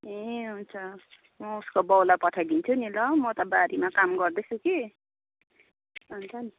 ए हुन्छ म उसको बाउलाई पठाइदिन्छु नि ल म त बारीमा काम गर्दैछु कि हुन्छ नि